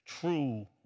true